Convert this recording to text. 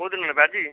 କୋଉଦିନ ନେବେ ଆଜି